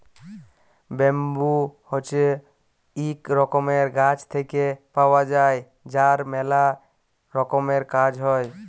bamboo হছে ইক রকমের গাছ থেক্যে পাওয়া যায় যার ম্যালা রকমের কাজ হ্যয়